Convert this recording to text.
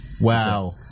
Wow